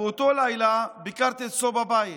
באותו לילה ביקרתי אצלו בבית